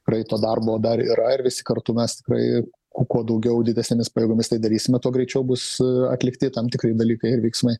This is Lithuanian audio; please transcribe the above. tikrai to darbo dar yra ir visi kartu mes tikrai kuo kuo daugiau didesnėmis pajėgomis tai darysime tuo greičiau bus atlikti tam tikri dalykai ir veiksmai